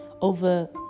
over